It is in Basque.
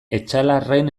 etxalarren